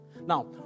Now